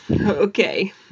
Okay